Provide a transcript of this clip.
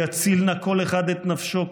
יציל נא כל אחד את נפשו,